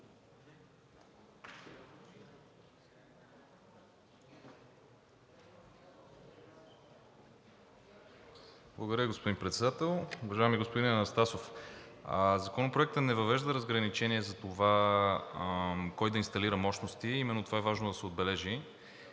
Благодаря Ви, господин Председател. Уважаеми господин Анастасов, Законопроектът не въвежда разграничение за това кой да инсталира мощности, и именно това е важно да се отбележи.